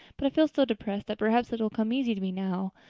but i feel so depressed that perhaps it will come easy to me now.